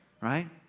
right